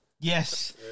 Yes